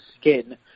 skin